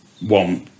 one